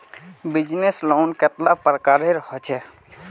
Business loan कतेला प्रकारेर होचे?